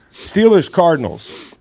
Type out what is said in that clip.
Steelers-Cardinals